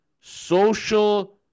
social